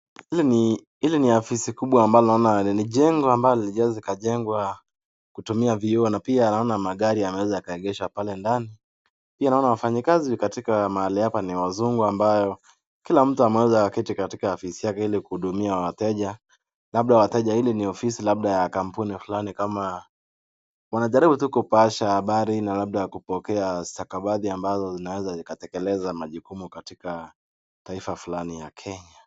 Hili ni, hili ni afisi kubwa ambalo naona ni jengo ambalo limejengwa kutumia vioo. Na pia naona magari yameweza yaegeshwa pale ndani. Pia naona wafanyikazi katika mahali hapa ni wazungu ambao kila mtu ameweza kuketi katika ofisi yake ili kuhudumia wateja. Labda wateja, hili ni ofisi labda ya kampuni fulani kama wanajaribu tu kupasha habari na labda kupokea stakabadhi ambazo zinaweza zikatekeleza majukumu katika taifa fulani ya Kenya.